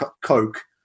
Coke